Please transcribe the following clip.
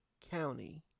County